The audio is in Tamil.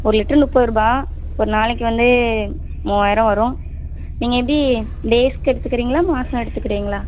ஒரு லிட்டரு முப்பதுருபா ஒரு நாளைக்கு வந்து மூவாயிரம் வரும் நீங்க எப்படி டேஸ்க்கு எடுத்துக்கிறீங்களா மாதம் எடுத்துக்கிறீங்களா